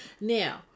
now